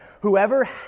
whoever